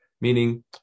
meaning